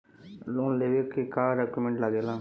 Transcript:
Loan लेवे के का डॉक्यूमेंट लागेला?